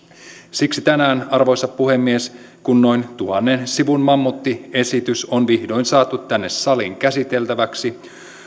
siksi tänään arvoisa puhemies kun noin tuhannen sivun mammuttiesitys on vihdoin saatu tänne saliin käsiteltäväksi